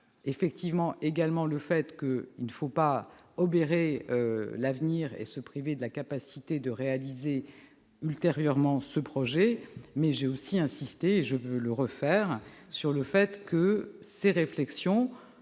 projet. J'ai également dit qu'il ne fallait pas obérer l'avenir et se priver de la capacité de réaliser ultérieurement ce projet. Mais j'ai insisté, et je veux le répéter ici, sur le fait que ces réflexions